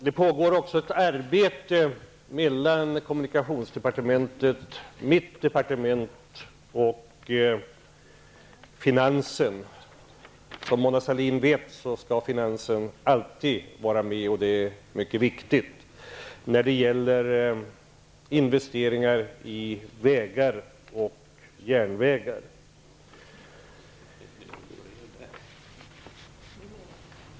Det pågår också ett arbete mellan kommunikationsdepartementet, mitt departement och finansdepartementet. Som Mona Sahlin vet skall finansen alltid vara med, och det är mycket viktigt. Det gäller investeringar i vägar och järnvägar.